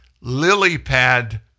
lily-pad